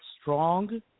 strong